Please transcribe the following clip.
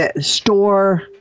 store